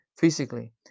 physically